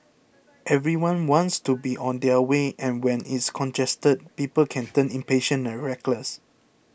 everyone wants to be on their way and when it's congested people can turn impatient and reckless